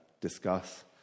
discuss